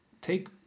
Take